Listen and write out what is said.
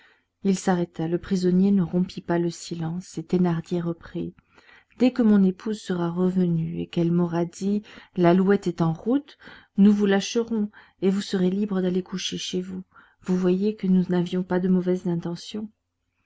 il s'arrêta le prisonnier ne rompit pas le silence et thénardier reprit dès que mon épouse sera revenue et qu'elle m'aura dit l'alouette est en route nous vous lâcherons et vous serez libre d'aller coucher chez vous vous voyez que nous n'avions pas de mauvaises intentions